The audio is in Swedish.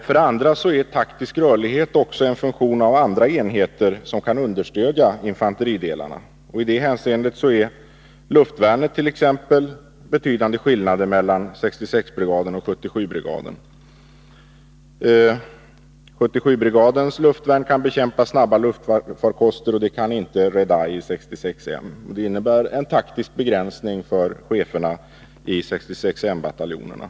För det andra är taktisk rörlighet också en funktion av andra enheter som kan understödja infanteridelarna. I det hänseendet, t.ex. när det gäller luftvärnet, är det betydande skillnader mellan 66-brigaden och 77-brigaden. 77-brigadens luftvärn kan bekämpa snabba luftfarkoster, men det kan inte Redeye i 66 M. Det innebär en taktisk begränsning för cheferna i 66 M-bataljonerna.